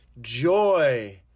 Joy